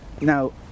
Now